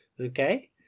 Okay